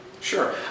Sure